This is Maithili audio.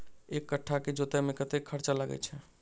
एक कट्ठा केँ जोतय मे कतेक खर्चा लागै छै?